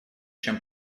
чем